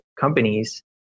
companies